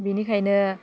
बिनिखायनो